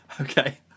Okay